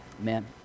Amen